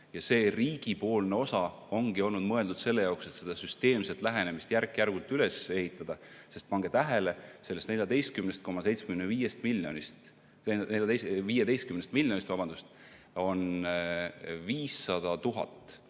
See riigi osa ongi olnud mõeldud selle jaoks, et seda süsteemset lähenemist järk-järgult üles ehitada. Sest pange tähele, sellest 15 miljonist on 500 000